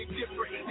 different